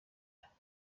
rwanda